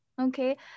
okay